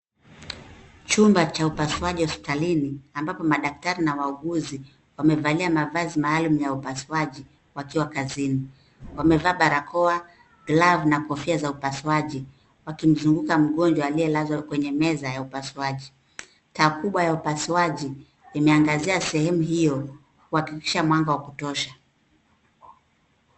Chumba cha upasuaji hospitalini ambapo madaktari na wauguzi wamevalia mavazi maalum ya upasuaji wakiwa kazini. Wamevaa barakoa, glavu na kofia ya upasuaji wakimzunguka mgonjwa aliyelazwa kwenye meza ya upasuaji. Taa kubwa ya upasuaji limeangazia sehemu hio kuhakikisha mwanga wa kutosha.